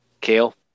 Kale